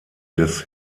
des